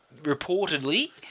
reportedly